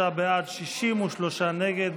43 בעד, 63 נגד.